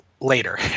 later